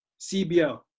CBL